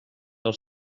del